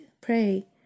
pray